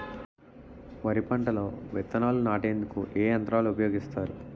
వరి పంటలో విత్తనాలు నాటేందుకు ఏ యంత్రాలు ఉపయోగిస్తారు?